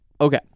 Okay